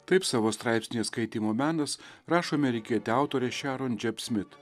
taip savo straipsnyje skaitymo menas rašo amerikietė autorė šiaron džiap smit